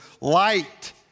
Light